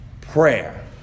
prayer